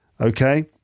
Okay